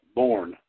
born